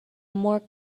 more